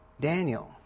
Daniel